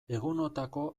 egunotako